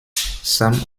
sam